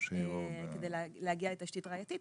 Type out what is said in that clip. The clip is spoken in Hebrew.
כדי להגיע לתשתית ראייתית.